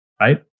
right